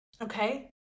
okay